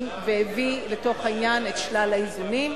והביא לתוך העניין את שלל האיזונים.